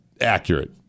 accurate